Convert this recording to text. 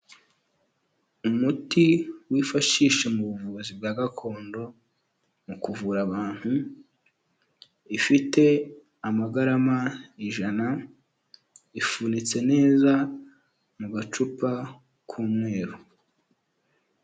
Umuti wifashisha mu buvuzi bwa gakondo, mu kuvura abantu ifite amagarama ijana, ifunitse neza mu gacupa k'umweru.